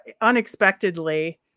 unexpectedly